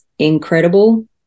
incredible